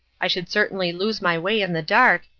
i should certainly lose my way in the dark,